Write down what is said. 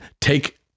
take